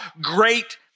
great